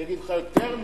אני אגיד לך יותר מזה: